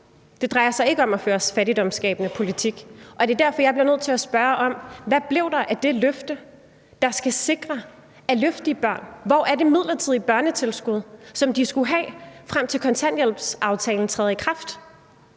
Det drejer sig ikke om at føre en fattigdomsskabende politik, og det er derfor, jeg bliver nødt til at spørge: Hvad blev der af det løfte om at løfte de børn? Hvor er det midlertidige børnetilskud, som de skulle have, frem til kontanthjælpsaftalen træder i kraft?